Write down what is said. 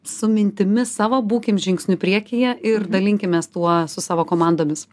su mintimi savo būkim žingsniu priekyje ir dalinkimės tuo su savo komandomis